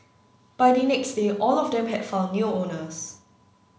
by the next day all of them had found new owners